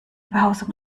behausung